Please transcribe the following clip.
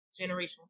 generational